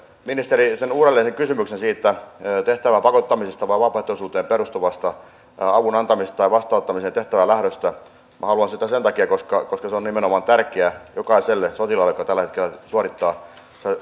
ministeri uudelleen sen kysymyksen tehtävään pakottamisesta tai vapaaehtoisuuteen perustuvasta avun antamisesta tai vastaanottamisesta tehtävään lähdöstä minä haluan kysyä siitä sen takia koska koska se on nimenomaan tärkeä jokaiselle sotilaalle joka tällä hetkellä suorittaa